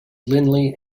lindley